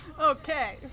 Okay